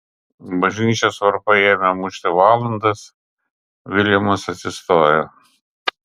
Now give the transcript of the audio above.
bažnyčios varpai ėmė mušti valandas viljamas atsistojo